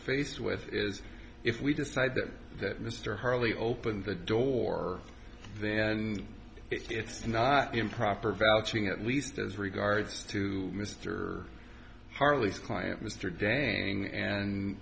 faced with is if we decide that that mr harley opened the door and it's not improper valjean at least as regards to mr harley's client mr dang and